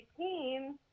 18